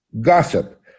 gossip